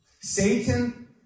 Satan